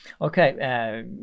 Okay